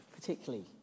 particularly